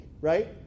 right